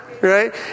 right